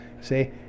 See